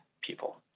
people